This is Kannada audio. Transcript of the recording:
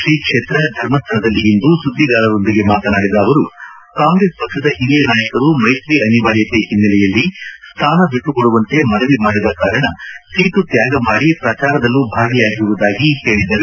ತ್ರೀಕ್ಷೇತ್ರ ಧರ್ಮಸ್ಥಳದಲ್ಲಿ ಇಂದು ಸುದ್ದಿಗಾರರೊಂದಿಗೆ ಮಾತನಾಡಿದ ಅವರು ಕಾಂಗ್ರೆಸ್ ಪಕ್ಷದ ಹಿರಿಯ ನಾಯಕರು ಮೈತ್ರಿ ಅನಿವಾರ್ಯತೆ ಹಿನ್ನೆಲೆಯಲ್ಲಿ ಸ್ಥಾನ ಬಿಟ್ಟು ಕೊಡುವಂತೆ ಮನವಿ ಮಾಡಿದ ಕಾರಣ ಸೀಟು ತ್ಯಾಗ ಮಾಡಿ ಪ್ರಚಾರದಲ್ಲೂ ಭಾಗಿಯಾಗಿರುವುದಾಗಿ ಹೇಳದರು